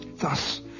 Thus